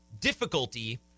difficulty